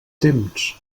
temps